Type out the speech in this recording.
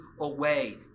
away